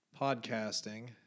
podcasting